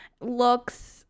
looks